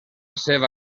seva